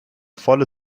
volle